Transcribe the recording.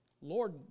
Lord